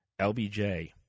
LBJ